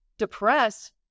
depressed